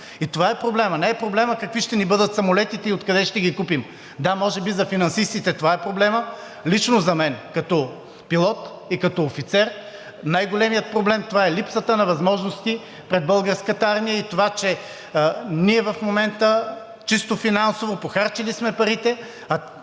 и това е проблемът. Не е проблемът какви ще ни бъдат самолетите и откъде ще ги купим. Да, може би за финансистите това е проблемът. Лично за мен като пилот и като офицер най-големият проблем е липсата на възможности пред Българската армия и това, че в момента чисто финансово, похарчили сме парите,